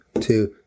two